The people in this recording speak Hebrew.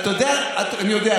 אני יודע.